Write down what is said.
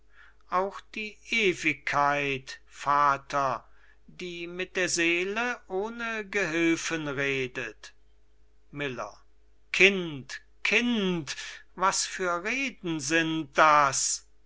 auch die ewigkeit vater die mit der seele ohne gehilfen redet miller kind kind was für reden sind das